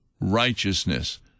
righteousness